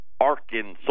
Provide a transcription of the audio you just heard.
Arkansas